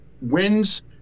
wins